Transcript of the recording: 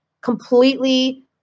completely